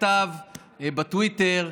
כתב בטוויטר,